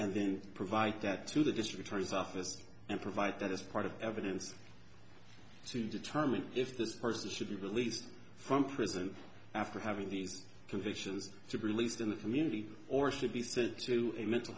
and then provide that to the district attorney's office and provide that as part of evidence to determine if this person should be released from prison after having these conditions to be released in the community or should be said to a mental